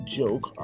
joke